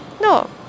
No